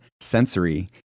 sensory